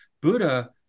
Buddha